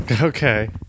Okay